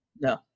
No